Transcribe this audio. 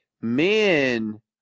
men